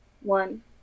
one